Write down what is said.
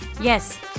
Yes